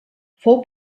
fou